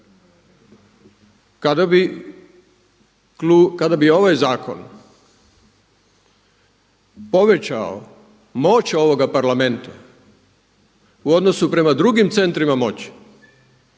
Kada bi ovaj zakon povećao moć ovoga Parlamenta u odnosu prema drugim centrima moći